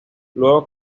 luego